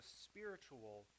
spiritual